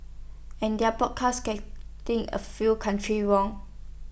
and their broadcast getting A few countries wrong